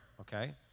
okay